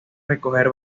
recoger